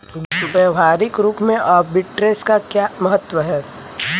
व्यवहारिक रूप में आर्बिट्रेज का क्या महत्व है?